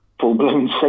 full-blown